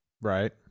Right